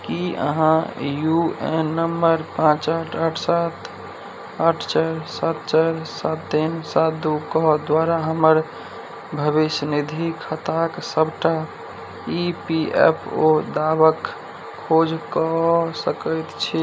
की अहाँ U N number पाँच आठ आठ सात आठ चारि सात चारि सात तीन सात दू के दुआरा हमर भविष्य निधि खाताक सबटा इ पी एफ ओ दावक खोज कऽ सकैत छी